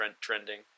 trending